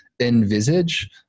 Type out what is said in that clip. envisage